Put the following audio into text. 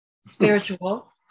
spiritual